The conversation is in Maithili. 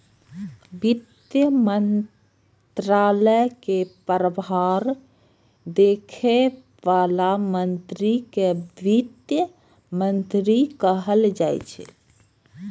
वित्त मंत्रालय के प्रभार देखै बला मंत्री कें वित्त मंत्री कहल जाइ छै